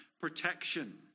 protection